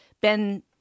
Ben